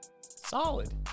Solid